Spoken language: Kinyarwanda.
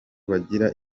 bagira